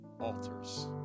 altars